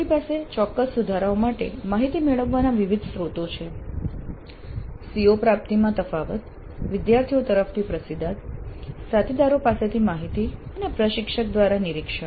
આપણી પાસે ચોક્કસ સુધારાઓ માટે માહિતી મેળવવાના વિવિધ સ્ત્રોતો છે CO પ્રાપ્તિમાં તફાવત વિદ્યાર્થીઓ તરફથી પ્રતિસાદ સાથીદારો પાસેથી માહિતી અને પ્રશિક્ષક દ્વારા નિરીક્ષણ